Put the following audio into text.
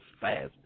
fast